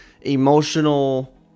emotional